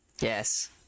Yes